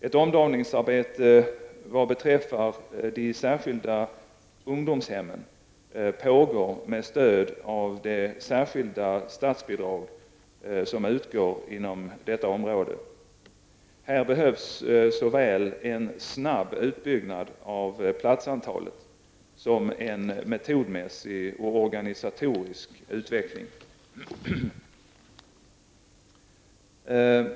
Ett omdaningsarbete vad beträffar de särskilda ungdomshemmen pågår med stöd av det särskilda statsbidrag som utgår inom detta område. Här behövs såväl en snabb utbyggnad av platsantalet som en metodmässig och organisatorisk utveckling.